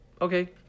okay